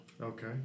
Okay